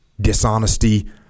dishonesty